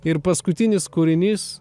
ir paskutinis kūrinys